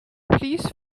please